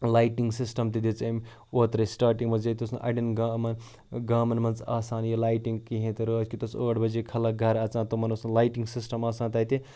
lighting system تہِ دِژ أمۍ اوترَے سٹاٹِنٛگ منٛز ییٚتہِ اوس نہٕ اَڑٮ۪ن گامَن گامَن منٛز آسان یہِ لایٹِنٛگ کِہیٖنۍ تہٕ رٲتھ کیُتھ اوس ٲٹھ بجے خلق گَرٕ اَژان تمَن اوس نہٕ لایٹِنٛگ سِسٹَم آسان تَتہِ